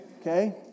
Okay